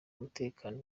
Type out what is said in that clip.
umutekano